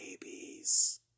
babies